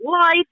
life